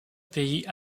pays